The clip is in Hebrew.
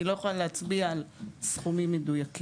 אני לא יכולה להצביע על סכומים מדויקים.